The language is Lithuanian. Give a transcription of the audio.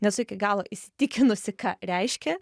nesu iki galo įsitikinusi ką reiškia